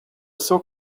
seu